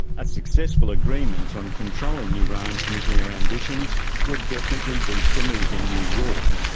a successful agreement on controlling iran's nuclear ambitions would definitely boost the mood in new york,